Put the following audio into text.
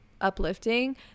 uplifting